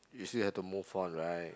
you still have to move on right